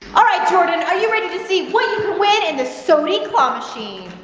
all right jordan, are you ready to see what you win in this so neat claw machine?